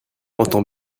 entend